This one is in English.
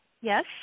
Yes